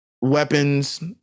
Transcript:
weapons